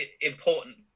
important